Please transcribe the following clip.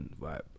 vibe